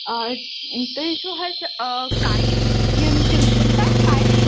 آ تُہۍ چھِو حظ آ کاے یِم ٹیٛوٗشَن پیٚٹھ کاے